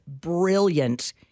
brilliant